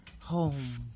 home